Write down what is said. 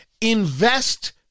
invest